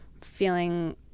feeling